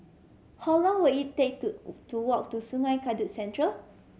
how long will it take to to walk to Sungei Kadut Central